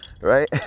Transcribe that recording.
right